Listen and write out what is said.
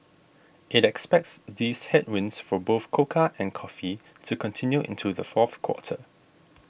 it expects these headwinds for both cocoa and coffee to continue into the fourth quarter